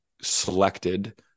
selected